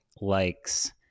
likes